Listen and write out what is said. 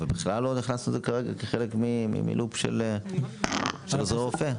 אבל בכלל לא נכנסנו לזה כרגע כחלק מלופ של עוזר רופא.